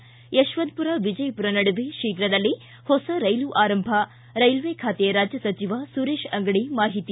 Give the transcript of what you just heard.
ಿ ಯಶವಂತಪುರ ವಿಜಯಪುರ ನಡುವೆ ಶೀಘ್ರದಲ್ಲೇ ಹೊಸ ರೈಲು ಆರಂಭ ರೈಲ್ವೆ ಖಾತೆ ರಾಜ್ಯ ಸಚಿವ ಸುರೇಶ್ ಅಂಗಡಿ ಮಾಹಿತಿ